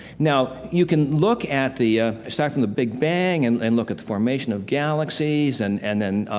now you can look at the, ah, aside from the big bang, and and look at the formation of galaxies, and and then,